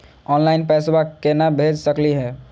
Online पैसवा केना भेज सकली हे?